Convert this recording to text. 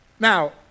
Now